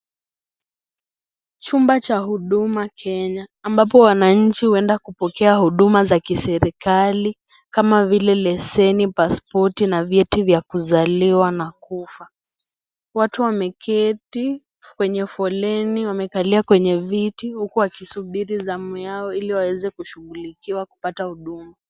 Chumba cha huduma kenya ambapo wananchi huenda kupokea huduma za kiserikali kama vile leseni, pasipoti na vyeti vya kuzaliwa na kufa ,watu wameketi kwenye foleni wamekalia kwenye viti huku wakisubiri zamu yao hili waweze kushughulikiwa kupata huduma.